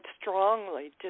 strongly